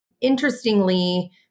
Interestingly